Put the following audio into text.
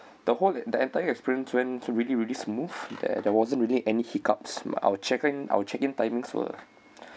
the whole the entire experience went really really smooth there there wasn't really any hiccups our check in our check in timings were